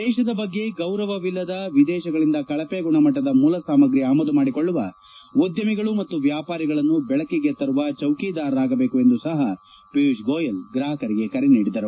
ದೇಶದ ಬಗ್ಗೆ ಗೌರವವಿಲ್ಲದ ವಿದೇಶಗಳಿಂದ ಕಳಪೆ ಗುಣಮಟ್ಲದ ಮೂಲಸಾಮಗ್ರಿ ಆಮದು ಮಾಡಿಕೊಳ್ಳುವ ಉದ್ದಮಿಗಳು ಮತ್ತು ವ್ಯಾಪಾರಿಗಳನ್ನು ದೆಳಕಿಗೆ ತರುವ ಚೌಕಿದಾರರಾಗಬೇಕು ಎಂದೂ ಸಪ ಪಿಯೂಪ್ ಗೋಯಲ್ ಗ್ರಾಪಕರಿಗೆ ಕರೆ ನೀಡಿದರು